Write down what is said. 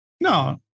No